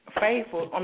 faithful